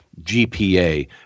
GPA